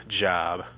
job